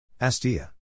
Astia